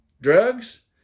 drugs